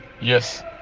yes